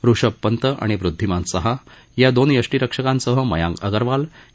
ऋषभ पंत आणि वृद्वीमान साहा या दोन यष्टीरक्षकांसह मयांक अगरवाल के